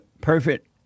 perfect